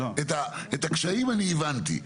את הקשיים אני הבנתי.